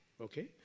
Okay